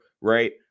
right